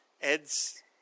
Ed's